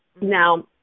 now